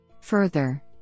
Further